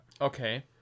Okay